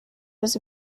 was